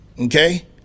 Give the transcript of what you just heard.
Okay